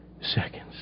seconds